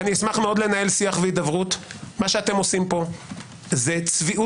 למה אתה --- שמעת